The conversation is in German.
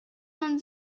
man